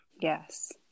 yes